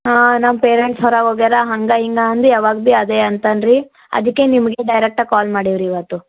ಹಾಂ ನಮ್ಮ ಪೇರೆಂಟ್ಸ್ ಹೊರಗೆ ಹೋಗ್ಯಾರ ಹಂಗೆ ಹಿಂಗೆ ಅಂದು ಯಾವಾಗ ಬಿ ಅದೇ ಅಂತಾನೆ ರೀ ಅದಕ್ಕೆ ನಿಮಗೆ ಡೈರೆಕ್ಟಾಗಿ ಕಾಲ್ ಮಾಡೀವಿ ರೀ ಇವತ್ತು